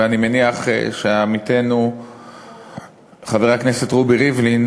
ואני מניח שעמיתנו חבר הכנסת רובי ריבלין,